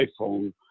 iPhone